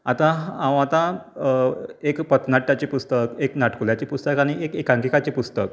आतां हांव आतां एक पथनाट्याचें पुस्तक एक नाटकुल्याचें पुस्तक आनी एक एकांकिकाचें पुस्तक